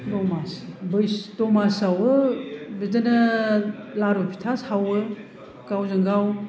दमासि बै दमासियावबो बिदिनो लारु फिथा सावो गावजोंगाव